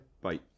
Bye